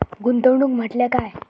गुंतवणूक म्हटल्या काय?